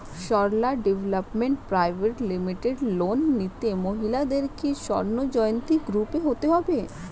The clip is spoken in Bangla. Sarala development private limited loan নিতে মহিলাদের কি স্বর্ণ জয়ন্তী গ্রুপে হতে হবে?